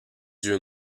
yeux